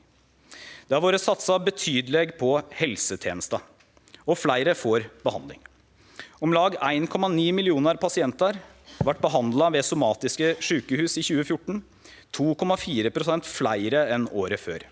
Det har vore satsa betydeleg på helsetenesta, og fleire får behandling. Om lag 1,9 millionar pasientar vart behandla ved somatiske sjukehus i 2014 – 2,4 pst. fleire enn året før.